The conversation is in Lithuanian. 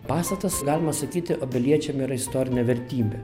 pastatas galima sakyti obeliečiam yra istorinė vertybė